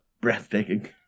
breathtaking